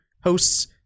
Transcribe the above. hosts